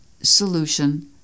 solution